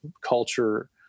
culture